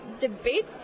debates